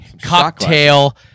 cocktail